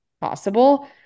possible